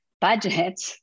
budget